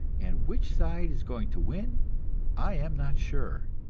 and which side is going to win i am not sure.